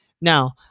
now